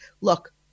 Look